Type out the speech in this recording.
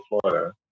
Florida